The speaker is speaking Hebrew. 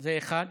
זה אחד,